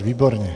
Výborně.